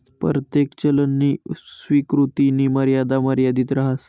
परतेक चलननी स्वीकृतीनी मर्यादा मर्यादित रहास